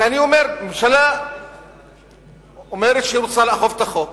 ואני אומר: הממשלה אומרת שהיא רוצה לאכוף את החוק.